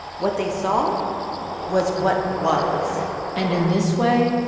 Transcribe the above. what they saw was what was and in this way,